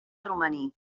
romaní